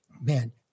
man